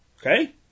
Okay